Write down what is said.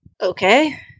Okay